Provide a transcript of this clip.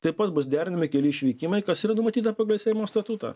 taip pat bus derinami keli išvykimai kas yra numatyta pagal seimo statutą